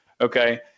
okay